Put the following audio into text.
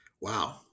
Wow